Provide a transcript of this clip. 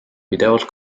pidevalt